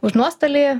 už nuostolį